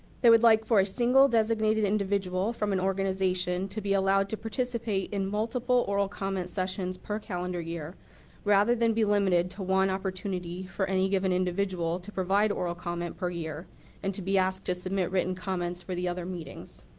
they would like a single designate individual from an organization to be allowed to participate in multiple oral comments sessions per calendar year rather than be limited to one opportunity for any given individual to provide oral comment per year and to be asked to so commit written comments for the other meeting.